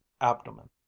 abdomen